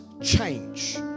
change